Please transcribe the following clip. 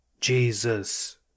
Jesus